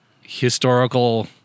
historical